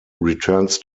returns